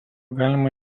galima